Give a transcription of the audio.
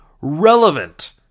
relevant